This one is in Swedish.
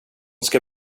ska